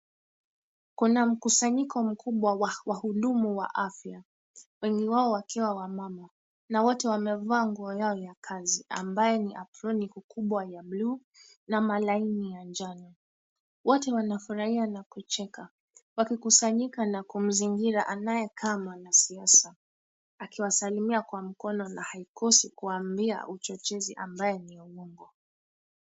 Kuna mkusanyiko mkubwa wa hudumu wa afya, wengi wao wakiwa wamama na wote wamevaa nguo yao ya kazi ambaye ni aproni kubwa ya buluu na malaini ya njano. Wote wanafurahia na kucheka, wakikusanyika na kumzingira anayekaa mwanasiasa akiwasalimia kwa mkono na haikosi kuwaambia uchochezi ambayo ni ya uongo.